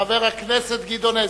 חבר הכנסת גדעון עזרא.